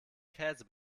käse